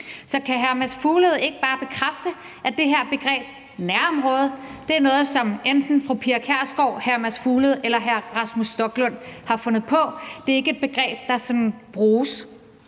Så kan hr. Mads Fuglede ikke bare bekræfte, at det her begreb nærområde er noget, som enten fru Pia Kjærsgaard, hr. Mads Fuglede eller hr. Rasmus Stoklund har fundet på, og at det ikke er et begreb, der sådan